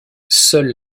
seule